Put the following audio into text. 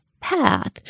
path